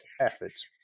efforts